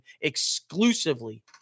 exclusively